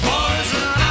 Poison